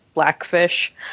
Blackfish